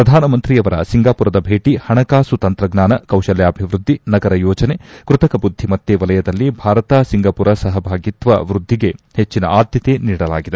ಪ್ರಧಾನಮಂತ್ರಿಯವರ ಸಿಂಗಾಪುರದ ಭೇಟಿ ಹಣಕಾಸು ತಂತ್ರಜ್ಞಾನ ಕೌಶಲ್ಕಾಭಿವೃದ್ಧಿ ನಗರ ಯೋಜನೆ ಕೃತಕ ಬುದ್ಧಿಮತ್ತೆ ವಲಯದಲ್ಲಿ ಭಾರತ ಸಿಂಗಾಪುರ ಸಹಭಾಗಿತ್ವ ವೃದ್ಧಿಗೆ ಹೆಚ್ಚಿನ ಆದ್ಯತೆ ನೀಡಲಾಗಿದೆ